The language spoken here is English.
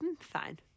fine